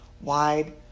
wide